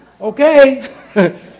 Okay